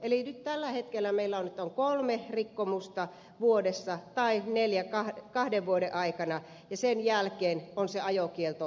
eli nyt tällä hetkellä meillä on kolme rikkomusta vuodessa tai neljä kahden vuoden aikana ja sen jälkeen on se ajokielto mahdollinen